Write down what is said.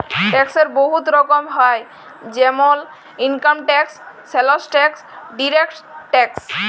ট্যাক্সের বহুত রকম হ্যয় যেমল income tax, sales tax, direct tax